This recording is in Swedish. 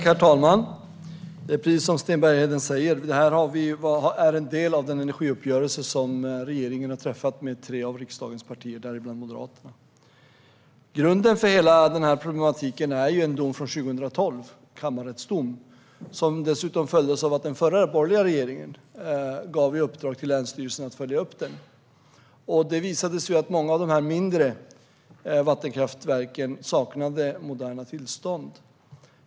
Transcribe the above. Herr talman! Det är precis som Sten Bergheden säger: Detta är en del av den energiuppgörelse som regeringen har träffat med tre av riksdagens partier, däribland Moderaterna. Grunden för hela problematiken är en kammarrättsdom från 2012, som dessutom följdes av att den förra, borgerliga, regeringen gav i uppdrag till länsstyrelsen att följa upp den. Det visade sig att många av de mindre vattenkraftverken saknade moderna tillstånd.